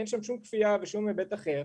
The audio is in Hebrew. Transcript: אין שם שום כפייה ושום היבט אחר,